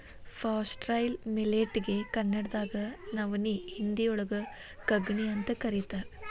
foxtail millet ಗೆ ಕನ್ನಡದಾಗ ನವನಿ, ಹಿಂದಿಯೋಳಗ ಕಂಗ್ನಿಅಂತ ಕರೇತಾರ